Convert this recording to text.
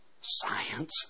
science